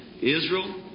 Israel